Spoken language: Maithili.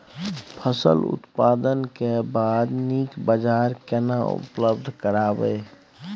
फसल उत्पादन के बाद नीक बाजार केना उपलब्ध कराबै?